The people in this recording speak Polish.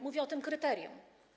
Mówię o tym kryterium.